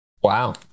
Wow